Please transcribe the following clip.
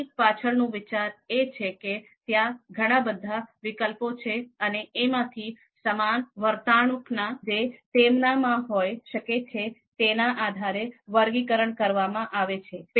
આની પાછળનું વિચાર એ છે કે ત્યાં ઘણા બધા વિકલ્પો છે અને એમાંથી સમાન વર્તણૂકના જે તેમનામાં હોય શકે છે તેના આધારે વર્ગીકરણ કરવામાં આવે છે